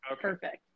Perfect